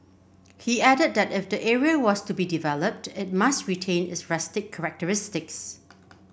he added that if the area was to be developed it must retain its rustic characteristics